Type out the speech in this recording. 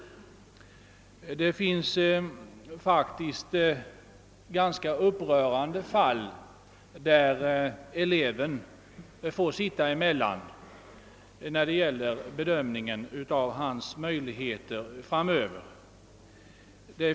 Det förekommer faktiskt ganska upprörande fall där elevens möjligheter framöver får sitta emellan.